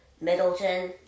Middleton